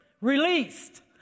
released